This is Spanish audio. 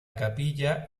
capilla